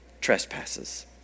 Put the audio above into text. trespasses